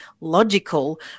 logical